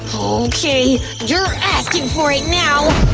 okay, you're asking for it now!